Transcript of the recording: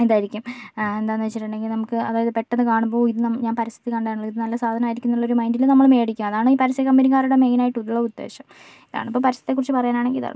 ഇതായിരിക്കും എന്താണെന്നു വെച്ചിട്ടുണ്ടെങ്കിൽ നമുക്ക് അതായത് പെട്ടെന്നു കാണുമ്പോൾ ഇതു നാം ഞാൻ പരസ്യത്തിൽ കണ്ടതാണല്ലോ ഇത് നല്ല സാധനം ആയിരിക്കും എന്നൊരു മൈൻഡിൽ നമ്മൾ മേടിയ്ക്കും അതാണ് ഈ പരസ്യ കമ്പനിക്കാരുടെ മെയിനായിട്ടുള്ള ഉദ്ദേശം അതാണിപ്പോൾ പരസ്യത്തെക്കുറിച്ചു പറയാനാണെങ്കിൽ ഇതേ ഉള്ളൂ